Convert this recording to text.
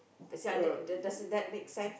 does it under~ does it that makes sense